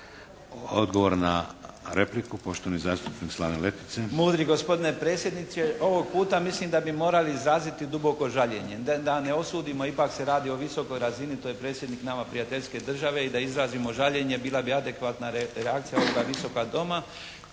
Odgovor na repliku, poštovani zastupnik Slaven Letica. **Letica, Slaven (Nezavisni)** Mudri gospodine predsjedniče. Ovog puta mislim da bi morali izraziti duboko žaljenje, da ne osudimo, ipak se radi o visokoj razini. To je Predsjednik nama prijateljske države i da izrazimo žaljenje bila bi adekvatna reakcija ovoga Visokog doma.